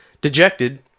Dejected